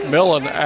Millen